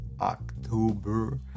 October